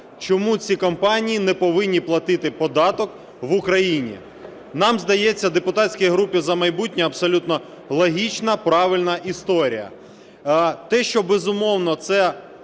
Чому ці компанії не повинні платити податок в Україні? Нам здається, депутатській групі "За майбутнє", абсолютно логічна, правильна історія. Те, що, безумовно, це